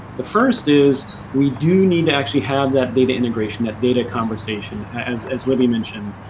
the first is we do need to actually have that data integration that data conversation as as libbie mentioned.